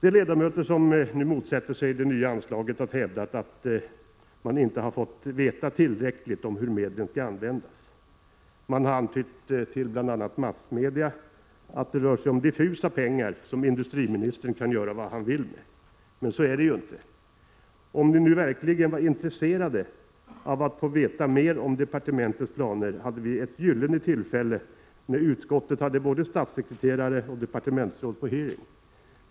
De ledamöter som nu motsätter sig det nya anslaget har hävdat att man inte har fått veta tillräckligt om hur medlen skall användas. Man har antytt till bl.a. massmedia att det rör sig om diffusa pengar, som industriministern kan göra vad han vill med. Så är det ju inte. Om ni nu verkligen var intresserade av att få veta mer om departementets planer hade ni ett gyllene tillfälle när utskottet hade både statssekreterare och departementsråd på hearing.